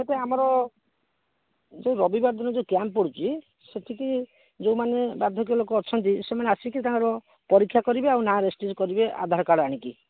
ସେଟା ଆମର ଯୋଉ ରବିବାର ଦିନ ଯୋଉ କ୍ୟାମ୍ପ୍ ପଡ଼ୁଛି ସେଠିକି ଯୋଉମାନେ ବାର୍ଦ୍ଧକ୍ୟ ଲୋକ ଅଛନ୍ତି ସେମାନେ ଆସିକି ତାଙ୍କର ପରୀକ୍ଷା କରିବେ ଆଉ ନା ରେଜିଷ୍ଟ୍ରୀ କରିବେ ଆଧାର କାର୍ଡ଼ ଆଣିକି